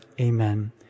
Amen